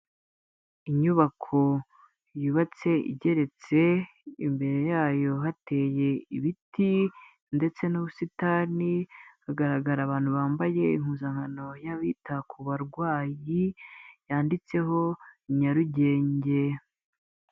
Inyubako yubatse igeretse, imbere yayo hateye ibiti ndetse n'ubusitani, hagaragara abantu bambaye impuzankano y'abita ku barwayi, yanditseho Nyarugenge.